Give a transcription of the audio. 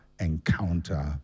encounter